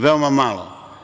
Veoma malo.